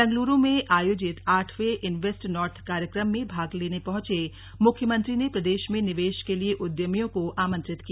बेंगलुरू में आयोजित आठवें इनवेस्ट नॉर्थ कार्यक्रम में भाग लेने पहुंचे मुख्यमंत्री ने प्रदेश में निवेश के लिए उद्यमियों को आमंत्रित किया